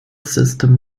system